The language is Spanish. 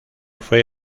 fue